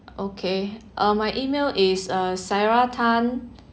okay uh my email is uh sarah Tan